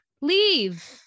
leave